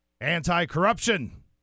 Anti-corruption